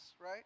right